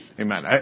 Amen